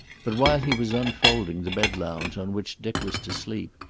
but while he was unfolding the bed-lounge on which dick was to sleep,